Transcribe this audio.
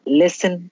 listen